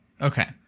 Okay